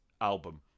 album